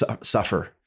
suffer